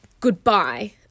goodbye